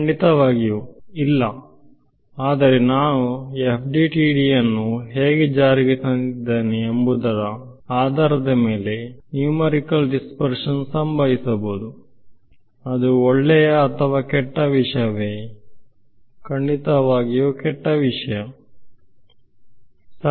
ಖಂಡಿತವಾಗಿಯೂ ಇಲ್ಲ ಆದರೆ ನಾನು FDTDಯನ್ನು ಹೇಗೆ ಜಾರಿಗೆ ತಂದಿದ್ದೇನೆ ಎಂಬುದರ ಆಧಾರದ ಮೇಲೆ ನ್ಯೂಮರಿಕಲ್ ಡಿಸ್ಪರ್ಶನ್ ಸಂಭವಿಸಬಹುದು ಅದು ಒಳ್ಳೆಯ ಅಥವಾ ಕೆಟ್ಟ ವಿಷಯವೇ ಖಂಡಿತವಾಗಿಯೂ ಕೆಟ್ಟ ವಿಷಯ ಸರಿ